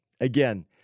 again